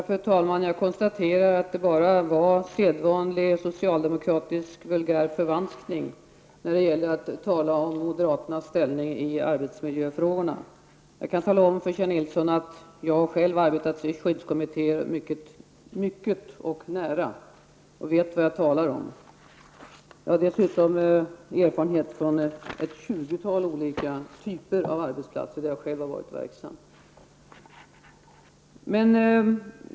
Fru talman! Jag konstaterar att det bara var sedvanlig socialdemokratisk vulgär förvanskning av moderaternas inställning i arbetsmiljöfrågorna. Jag kan tala för Kjell Nilsson att jag har arbetat mycket och nära i skyddskommittéerna och vet vad jag talar om. Jag har dessutom erfarenhet från ett tjugotal olika typer av arbetsplatser där jag har varit verksam.